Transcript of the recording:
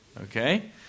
Okay